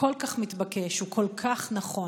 כל כך מתבקש, הוא כל כך נכון.